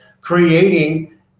creating